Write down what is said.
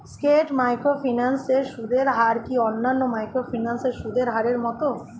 স্কেট microfinance এর সুদের হার কি অন্যান্য মাইক্রোফিন্যান্স এর সুদের হারের মতন?